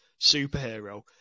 superhero